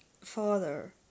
father